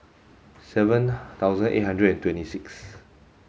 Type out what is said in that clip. seven thousand eight hundred and twenty sixth